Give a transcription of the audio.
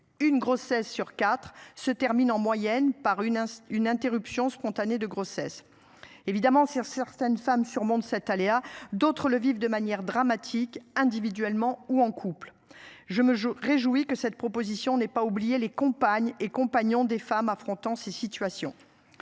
une grossesse sur 4 se termine en moyenne par une une interruption spontanée de grossesse. Évidemment, sur certaines femmes sûrement de cet aléa, d'autres le vivre de manière dramatique individuellement ou en couple, je me je réjouis que cette proposition n'est pas oublier les compagnes et compagnons des femmes affrontant ces situations.